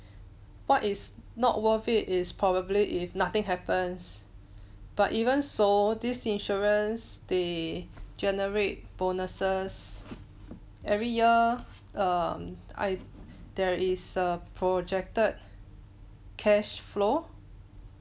what is not worth it is probably if nothing happens but even so these insurance they generate bonuses every year um I there is a projected cash flow